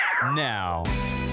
now